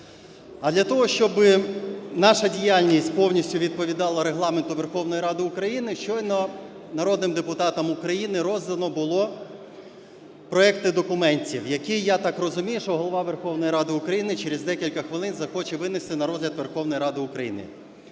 А для того, щоби наша діяльність повністю відповідала Регламенту Верховної Ради України, щойно народним депутатам України роздано було проекти документів, які, я так розумію, що Голова Верховної Ради України через декілька хвилин захоче винести на розгляд Верховної Ради України.